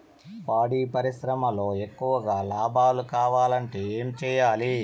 పాడి పరిశ్రమలో ఎక్కువగా లాభం కావాలంటే ఏం చేయాలి?